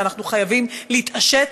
ואנחנו חייבים להתעשת,